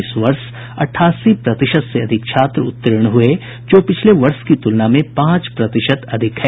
इस वर्ष अट्ठासी प्रतिशत से अधिक छात्र उतीर्ण हुए जो पिछले वर्ष की तुलना में पांच प्रतिशत अधिक है